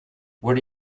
where